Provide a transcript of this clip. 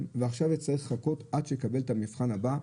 ועכשיו אצטרך לחכות עד שאקבל את המבחן הבא,